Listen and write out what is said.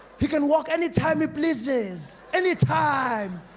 he can walk anytime he pleases anytime!